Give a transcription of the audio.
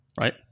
Right